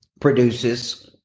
produces